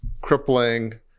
crippling